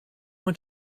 want